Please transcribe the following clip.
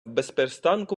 безперестанку